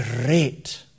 Great